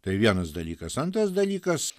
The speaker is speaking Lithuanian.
tai vienas dalykas antras dalykas